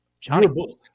johnny